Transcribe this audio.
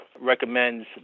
recommends